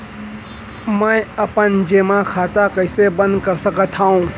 मै अपन जेमा खाता कइसे बन्द कर सकत हओं?